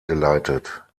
geleitet